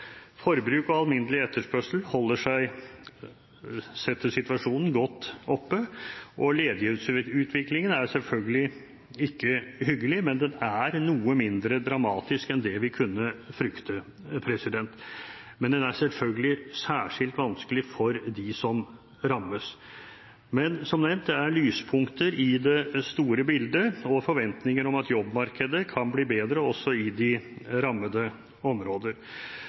Forbruk og alminnelig etterspørsel holder seg etter situasjonen godt oppe, og ledighetsutviklingen er selvfølgelig ikke hyggelig, men den er noe mindre dramatisk enn det vi kunne frykte. Men den er selvfølgelig særskilt vanskelig for dem som rammes. Men som nevnt: Det er lyspunkter i det store bildet og forventninger om at jobbmarkedet kan bli bedre også i de rammede områder.